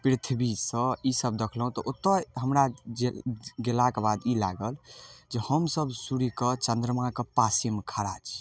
पृथ्वीसँ ईसब देखलहुँ तऽ ओतऽ हमरा जे गेलाके बाद ई लागल जे हमसब सूर्यके चन्द्रमाके पासेमे खड़ा छी